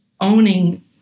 owning